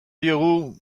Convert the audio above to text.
diegu